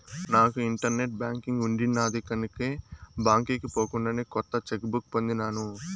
నాకు internet banking ఉండిన్నాది కనుకే బాంకీకి పోకుండానే కొత్త చెక్ బుక్ పొందినాను